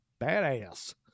Badass